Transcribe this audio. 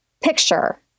picture